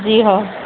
جی ہاں